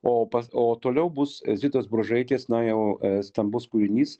o pas o toliau bus zitos bružaitės na jau stambus kūrinys